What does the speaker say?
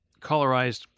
colorized